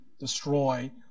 destroy